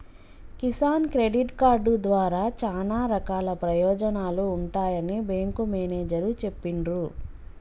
Kisan credit card ద్వారా చానా రకాల ప్రయోజనాలు ఉంటాయని బేంకు మేనేజరు చెప్పిన్రు